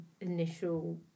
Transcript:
initial